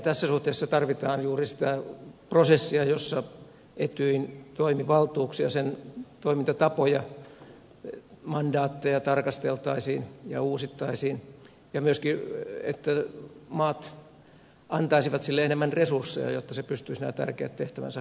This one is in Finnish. tässä suhteessa tarvitaan juuri sitä prosessia jossa etyjin toimivaltuuksia sen toimintatapoja mandaatteja tarkasteltaisiin ja uusittaisiin ja myöskin että maat antaisivat sille enemmän resursseja jotta se pystyisi nämä tärkeät tehtävänsä hoitamaan